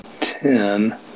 ten